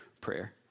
prayer